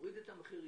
מוריד את המחירים.